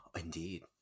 Indeed